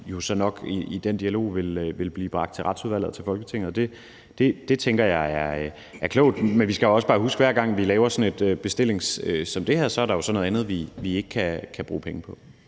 jo så nok i den dialog vil blive bragt til Retsudvalget og til Folketinget, og det tænker jeg er klogt. Men vi skal også bare huske, at hver gang vi laver sådan et bestillingsarbejde som det her, så er der jo noget andet, vi ikke kan bruge penge på.